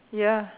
ya